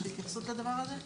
יש התייחסות לדבר הזה?